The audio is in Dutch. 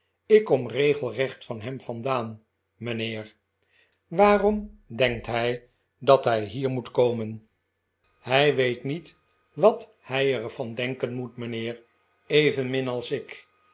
ik kom regelrecht van hem vandaan mijnheer waarom denkt hij dat hij hier moet komen maarten chuzzlewit hij weet niet wat hij er van denken moet mijnheer evenmin als ik